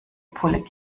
pulle